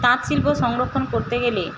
তাঁতশিল্প সংরক্ষণ করতে গেলে